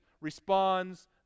responds